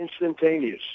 instantaneous